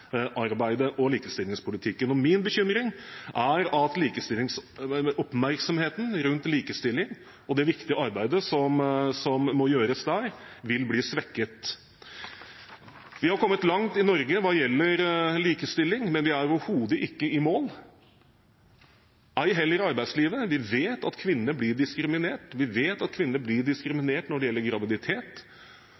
og likestillingspolitikken. Min bekymring er at oppmerksomheten rundt likestilling og det viktige arbeidet som må gjøres der, vil bli svekket. Vi har kommet langt i Norge hva gjelder likestilling, men vi er overhodet ikke i mål, ei heller i arbeidslivet. Vi vet at kvinner blir diskriminert, vi vet at kvinner blir